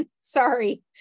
Sorry